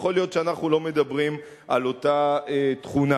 כי יכול להיות שאנחנו לא מדברים על אותה תכונה.